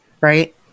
right